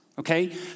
Okay